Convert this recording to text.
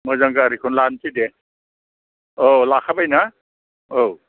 मोजां गारिखौनो लानोसै दे औ लाखाबाय ना औ